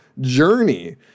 journey